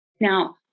Now